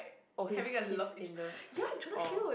oh he's he's in the or